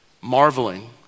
Marveling